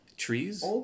Trees